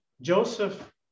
Joseph